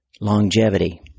longevity